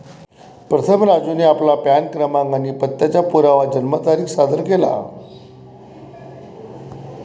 प्रथम राजूने आपला पॅन क्रमांक आणि पत्त्याचा पुरावा जन्मतारीख सादर केला